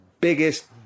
biggest